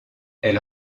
elle